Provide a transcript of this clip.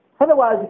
Otherwise